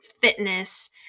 fitness